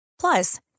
plus